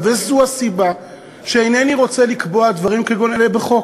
וזו הסיבה שאינני רוצה לקבוע דברים כגון אלה בחוק.